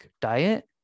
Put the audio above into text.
diet